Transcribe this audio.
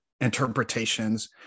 interpretations